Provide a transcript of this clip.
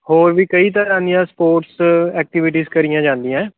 ਹੋਰ ਵੀ ਕਈ ਤਰ੍ਹਾਂ ਦੀਆਂ ਸਪੋਰਟਸ ਐਕਟੀਵਿਟੀਜ ਕਰੀਆਂ ਜਾਂਦੀਆਂ